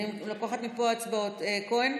אני לקחת מפה הצבעות: כהן,